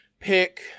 pick